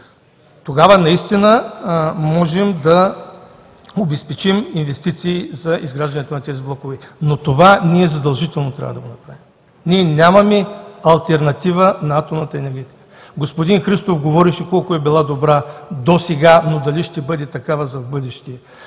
Тогава наистина можем да обезпечим инвестиции за изграждането на тези блокове, но това задължително трябва да го направим. Ние нямаме алтернатива на атомната енергетика. Господин Христов говореше колко е била добра досега, но дали ще бъде такава в бъдеще?